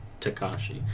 Takashi